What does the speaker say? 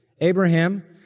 Abraham